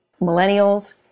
millennials